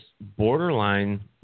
borderline